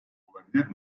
olabilir